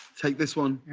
take this one.